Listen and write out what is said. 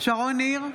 שרון ניר,